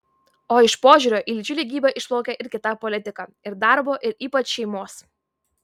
o iš požiūrio į lyčių lygybę išplaukia ir kita politika ir darbo ir ypač šeimos